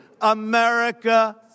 America